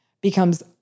becomes